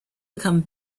become